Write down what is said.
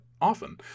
often